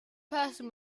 person